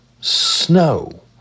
snow